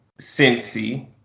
Cincy